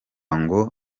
ngo